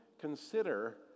consider